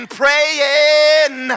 praying